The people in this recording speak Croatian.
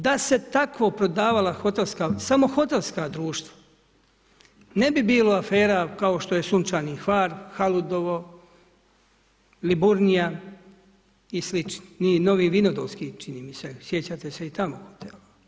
Da se tako prodavala hotelska, samo hotelska društva ne bi bilo afera kao što je Sunčani Hvar, Haludovo, Liburnija i slični, ni Novi Vinodolski čini mi se, sjećate se i tamo hotela.